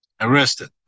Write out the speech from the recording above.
arrested